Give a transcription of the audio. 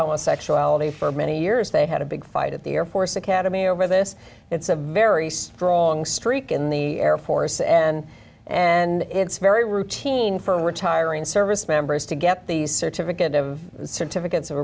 homosexuality for many years they had a big fight at the air force academy over this it's a very strong streak in the air force and and it's very routine for retiring service members to get the certificate of certificates of